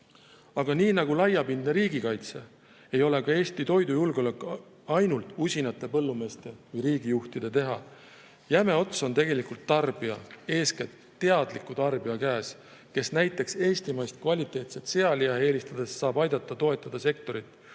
nii nagu laiapindne riigikaitse ei ole ka Eesti toidujulgeolek ainult usinate põllumeeste või riigijuhtide teha. Jäme ots on tegelikult tarbija, eeskätt teadliku tarbija käes, kes näiteks eestimaist kvaliteetset sealiha eelistades saab aidata toetada sektorit,